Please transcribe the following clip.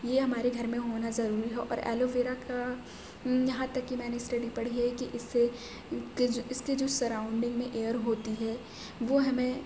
یہ ہمارے گھر میں ہونا ضروری ہو اور ایلوویرا کا یہاں تک کہ میں نے اسٹڈی پڑھی ہے کہ اس سے کہ اس کے جو سراؤنڈنگ میں ایئر ہوتی ہیں وہ ہمیں